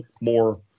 more